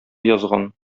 язган